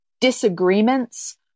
disagreements